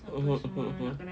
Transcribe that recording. mmhmm mmhmm mmhmm